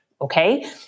okay